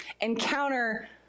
encounter